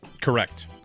Correct